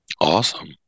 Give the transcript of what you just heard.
Awesome